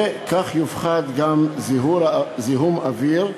וכך יופחת גם זיהום אוויר ניכר,